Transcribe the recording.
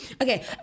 Okay